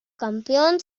campeón